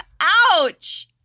Ouch